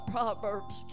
Proverbs